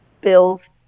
Bill's